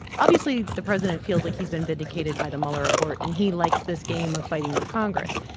obviously, the president feels like he's been vindicated by the mueller report. and he likes this game of fighting with congress.